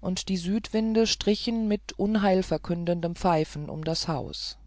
und die südwinde strichen mit unheilverkündendem pfeifen um das haus